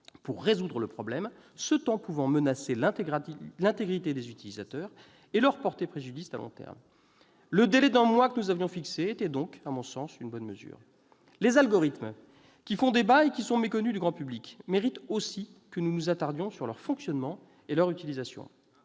pour résoudre le problème, ce temps pouvant menacer l'intégrité des utilisateurs et leur porter préjudice à long terme. Le délai d'un mois que nous avions fixé était donc, à mon sens, une bonne mesure. Les algorithmes, qui font débat et sont méconnus du grand public, méritent aussi que nous nous attardions sur leur fonctionnement et leur utilisation.